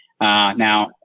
Now